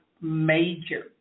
major